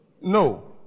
No